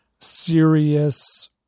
serious